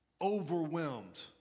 overwhelmed